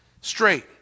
straight